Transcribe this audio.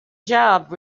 job